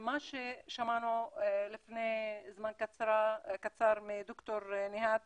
ממה ששמענו לפני זמן קצר מד"ר נוהאד